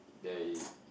they